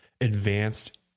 advanced